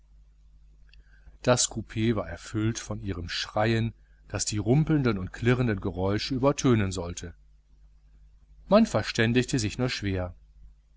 das coup war erfüllt von ihrem schreien das die rumpelnden und klirrenden geräusche übertönen sollte man verständigte sich nur schwer